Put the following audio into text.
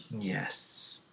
Yes